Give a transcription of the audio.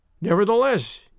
Nevertheless